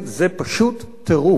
זה פשוט טירוף,